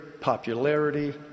popularity